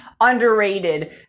underrated